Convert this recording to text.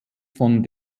von